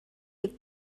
est